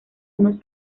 unos